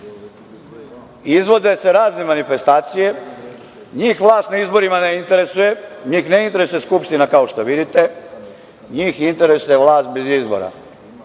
se razne manifestacije. Njih vlast na izborima ne interesuje. Njih ne interesuje Skupština, kao što vidite, njih interesuje vlast bez izbora,